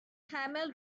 camel